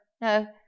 no